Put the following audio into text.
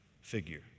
figure